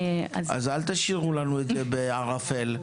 אל תשאירו לנו את זה בערפל,